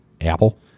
Apple